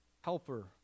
helper